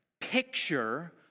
Picture